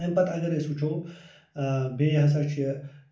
اَمہِ پتہٕ اگر أسۍ وُچھُو بیٚیہِ ہَسا چھِ